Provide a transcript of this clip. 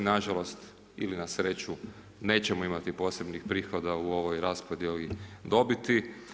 Nažalost ili na sreću, nećemo imati posebnih prihoda u ovoj raspodijeli dobiti.